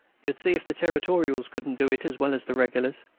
you'd see if the territorials couldn't do it as well as the regulars.